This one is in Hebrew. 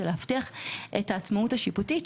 זה את העצמאות השיפוטית.